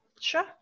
Sure